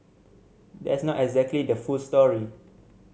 that's not exactly the full story